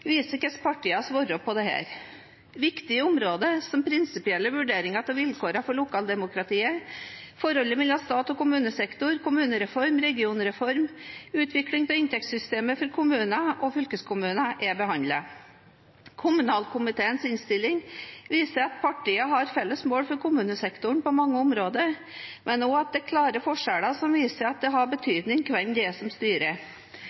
viser hvordan partiene svarer på dette. Viktige områder, som prinsipielle vurderinger av vilkårene for lokaldemokratiet, forholdet mellom stat og kommunesektor, kommunereformen, regionreformen og utvikling av inntektssystemene for kommunene og fylkeskommunene, er behandlet. Kommunalkomiteens innstilling viser at partiene har felles mål for kommunesektoren på mange områder, men også at det er klare forskjeller, og at det har betydning hvem som styrer.